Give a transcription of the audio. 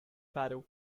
pharaoh